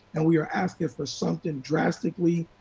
and we are asking for something drastically,